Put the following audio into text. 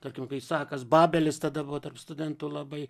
tarkim kai isakas babelis tada buvo tarp studentų labai